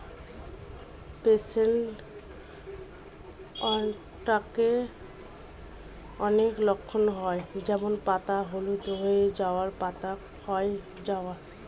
paste অ্যাটাকের অনেক লক্ষণ হয় যেমন পাতা হলুদ হয়ে যাওয়া, পাতা ক্ষয় যাওয়া